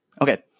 Okay